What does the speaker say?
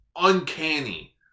uncanny